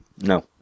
no